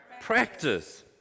practice